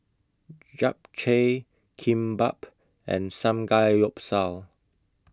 Japchae Kimbap and Samgeyopsal